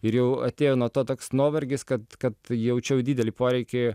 ir jau atėjo nuo to toks nuovargis kad kad jaučiau didelį poreikį